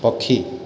ପକ୍ଷୀ